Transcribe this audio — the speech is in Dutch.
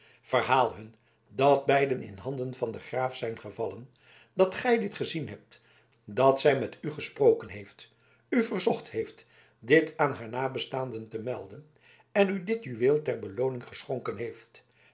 verhaal hun dat beiden in handen van den graaf zijn gevallen dat gij dit gezien hebt dat zij met u gesproken heeft u verzocht heeft dit aan haar naastbestaanden te melden en u dit juweel ter belooning geschonken heeft